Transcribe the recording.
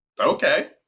Okay